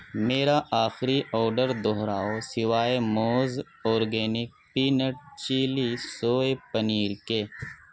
میرا آخری آڈر دہراؤ سوائے موز organic peanut chilli soy پنیر کے